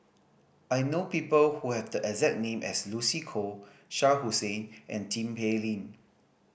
I know people who have the exact name as Lucy Koh Shah Hussain and Tin Pei Ling